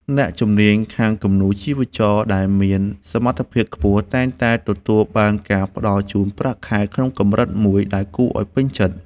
អ្នកជំនាញខាងគំនូរជីវចលដែលមានសមត្ថភាពខ្ពស់តែងតែទទួលបានការផ្តល់ជូនប្រាក់ខែក្នុងកម្រិតមួយដែលគួរឱ្យពេញចិត្ត។